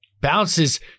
Bounces